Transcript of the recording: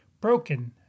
broken